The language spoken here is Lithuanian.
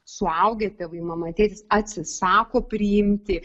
suaugę tėvai mama tėtis atsisako priimti